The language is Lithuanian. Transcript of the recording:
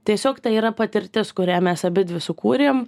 tiesiog tai yra patirtis kurią mes abidvi sukūrėm